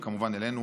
וכמובן גם אלינו,